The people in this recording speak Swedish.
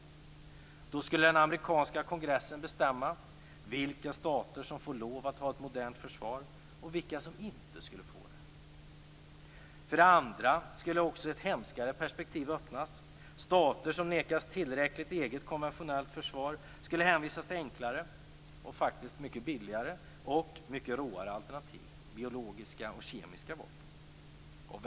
Då skulle för det första den amerikanska kongressen bestämma vilka stater som får lov att ha ett modernt försvar och vilka som inte skulle få det. För det andra skulle ett hemskare perspektiv öppnas. Stater som nekas tillräckligt eget konventionellt försvar skulle hänvisas till enklare och faktiskt mycket billigare och råare alternativ, biologiska och kemiska vapen.